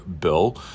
bill